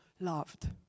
loved